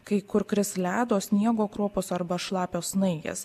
kai kur kris ledo sniego kruopos arba šlapios snaigės